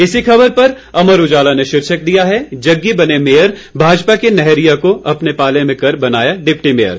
इसी खबर पर अमर उजाला ने शीर्षक दिया है जग्गी बने मेयर भाजपा के नैहरिया को अपने पाले में कर बनाया डिप्टी मेयर